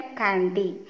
candy